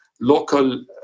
local